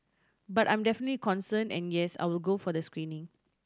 but I'm definite concern and yes I will go for the screening